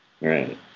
Right